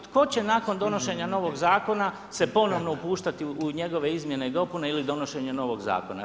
Tko će nakon donošenja novog zakona se ponovno upuštati u njegove izmjene i dopune ili donošenje novog zakona.